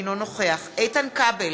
אינו נוכח איתן כבל,